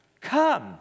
Come